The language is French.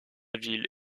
ville